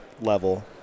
level